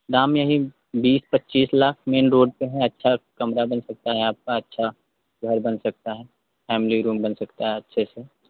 दाम यही बीस पच्चीस लाख मेन रोड पर है अच्छा कमरा बन सकता है आपका अच्छा घर बन सकता है फैमिली रूम बन सकता है अच्छे से